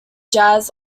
jazz